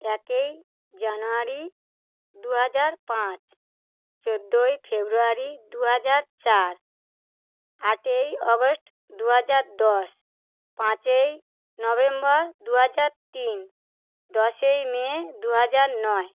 একেই জানুয়ারি দু হাজার পাঁচ চোদ্দই ফেব্রুয়ারি দু হাজার চার আটই অগস্ট দু হাজার দশ পাঁচই নভেম্বর দু হাজার তিন দশই মে দু হাজার নয়